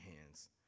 hands